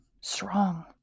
strong